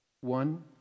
One